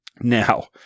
Now